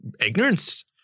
ignorance